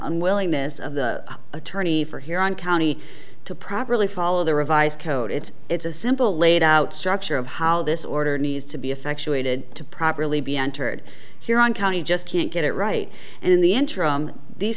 unwillingness of the attorney for here on county to properly follow the revised code it's it's a simple laid out structure of how this order needs to be effectuated to properly be entered here on county just can't get it right and in the interim these